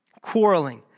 quarreling